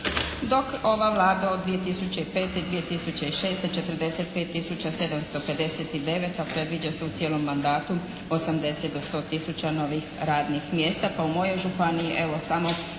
dok ova Vlada od 2005., 2006. 45 tisuća 759, a predviđa se u cijelom mandatu 80 do 100 tisuća novih radnih mjesta. Pa u mojoj županiji evo